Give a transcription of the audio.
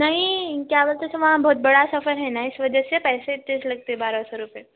نہیں کیا بولتے تمہارا بہت بڑا سفر ہے نا اس وجہ سے پیسے اتنے ہی لگتے بارہ سو روپئے